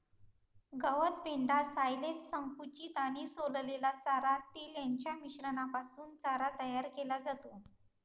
गवत, पेंढा, सायलेज, संकुचित आणि सोललेला चारा, तेल यांच्या मिश्रणापासून चारा तयार केला जातो